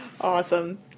Awesome